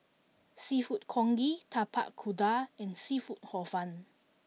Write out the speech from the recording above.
seafood Congee Tapak Kuda and seafood Hor Fun